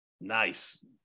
Nice